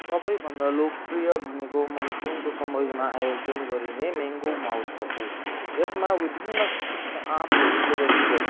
सबैभन्दा लोकप्रिय भनेको मनसुनको समयमा आयोजना गरिने म्याङ्गो महोत्सव हो यसमा विभिन्न किसिमका आँपहरू प्रदर्शन गरिन्छ